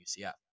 UCF